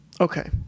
Okay